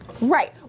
Right